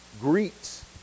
greets